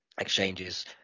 exchanges